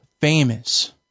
famous